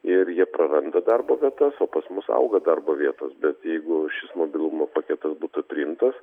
ir jie praranda darbo vietas o pas mus auga darbo vietos bet jeigu šis mobilumo paketas būtų priimtas